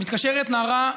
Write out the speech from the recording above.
מתקשרת נערה,